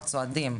הצועדים.